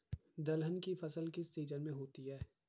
दलहन की फसल किस सीजन में होती है?